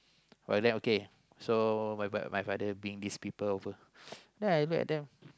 oh then okay so my father my father bring these people over then I look at them